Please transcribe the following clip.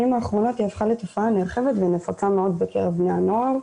האחרונות היא הפכה לתופעה נרחבת ונפוצה מאוד בקרב בני הנוער.